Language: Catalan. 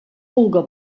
vulga